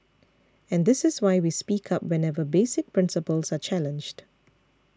and this is why we speak up whenever basic principles are challenged